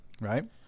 Right